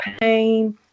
pain